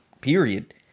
period